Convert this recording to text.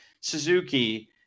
suzuki